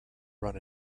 run